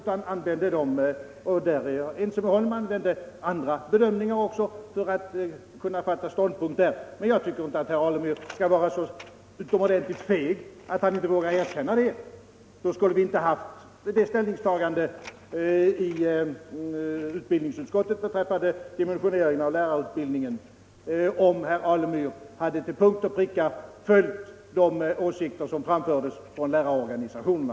Han utgick i stället från andra bedömningar när han fattade ståndpunkt. Jag tycker inte herr Alemyr skall vara så feg att han inte vågar erkänna det. Om herr Alemyr till punkt och pricka hade följt lärarorganisationernas förslag skulle utbildningsutskottet ha gjort ett annat ställningstagande beträffande dimensionerna av lärarutbildningen.